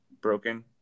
broken